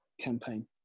campaign